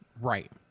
Right